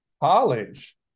college